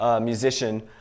musician